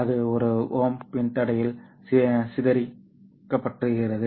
அது ஒரு ஓம் மின்தடையில் சிதறடிக்கப்படுகிறது